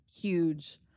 huge